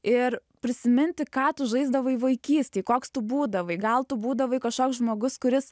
ir prisiminti ką tu žaisdavai vaikystėj koks tu būdavai gal tu būdavai kažkoks žmogus kuris